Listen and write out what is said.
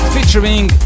Featuring